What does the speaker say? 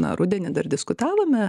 na rudenį dar diskutavome